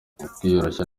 kwiyoroshya